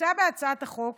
מוצע בהצעת החוק